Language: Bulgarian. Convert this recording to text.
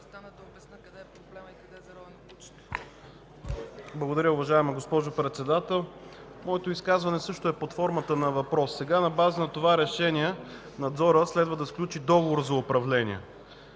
Благодаря, уважаема госпожо Председател. Моето изказване също е под формата на въпрос. На база на това решение Надзорът следва да сключи договор за управление.